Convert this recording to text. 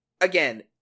Again